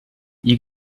you